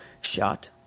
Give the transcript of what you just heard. shot